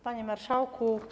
Panie Marszałku!